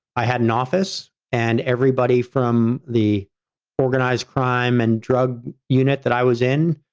i had an office and everybody from the organized crime and drug unit that i was in,